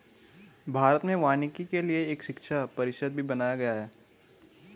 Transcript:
भारत में वानिकी के लिए एक शिक्षा परिषद भी बनाया गया है